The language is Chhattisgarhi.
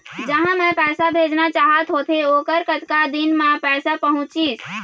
जहां मैं पैसा भेजना चाहत होथे ओहर कतका दिन मा पैसा पहुंचिस?